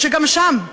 שגם שם,